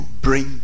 bring